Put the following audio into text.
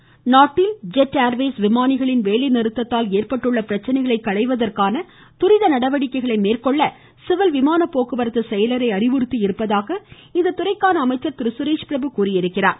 சுரேஷ்பிரபு நாட்டில் ஜெட்ஏா்வேஸ் விமானிகளின் வேலைநிறுத்தத்தால் ஏற்பட்டுள்ள பிரச்னைகளை களைவதற்கான தூரித நடவடிக்கைகளை மேற்கொள்ள சிவில் விமான போக்குவரத்து செயலரை அறிவறுத்தியிருப்பதாக இத்துறைக்கான அமைச்சர் திரு சுரேஷ்பிரபு கூறியிருக்கிறார்